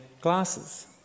glasses